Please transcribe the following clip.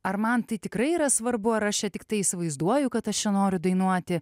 ar man tai tikrai yra svarbu ar aš čia tiktai įsivaizduoju kad aš čia noriu dainuoti